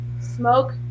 smoke